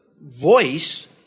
voice